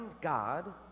God